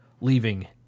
leaving